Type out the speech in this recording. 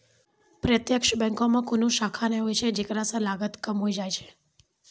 प्रत्यक्ष बैंको मे कोनो शाखा नै होय छै जेकरा से लागत कम होय जाय छै